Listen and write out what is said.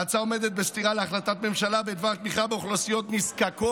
ההצעה עומדת בסתירה להחלטת ממשלה בדבר תמיכה באוכלוסיות נזקקות.